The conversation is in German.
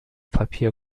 papier